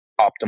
optimal